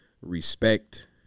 respect